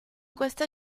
questa